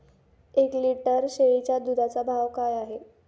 एक लिटर शेळीच्या दुधाचा भाव काय आहे?